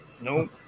Nope